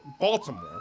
Baltimore